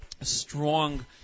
strong